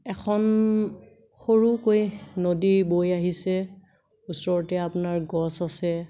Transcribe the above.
এখন সৰুকৈ নদী বৈ আহিছে ওচৰতে আপোনাৰ গছ আছে